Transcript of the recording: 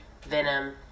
Venom